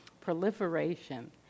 proliferation